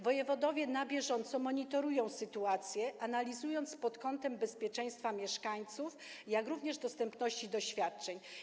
Wojewodowie na bieżąco monitorują sytuację, analizując ją pod kątem bezpieczeństwa mieszkańców, jak również dostępności świadczeń.